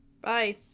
Bye